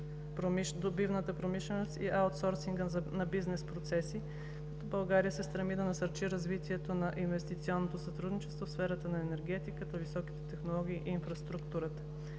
добиваната промишленост и аутсорсинга на бизнес процесите, като България се стреми да насърчи развитието на инвестиционното сътрудничество в сферата на енергетиката, високите технологии и инфраструктурата.